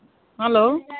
hello